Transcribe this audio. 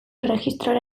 erregistrora